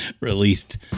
released